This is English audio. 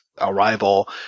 Arrival